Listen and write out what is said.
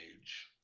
age